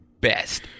best